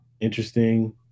interesting